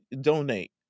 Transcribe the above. donate